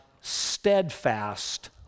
steadfast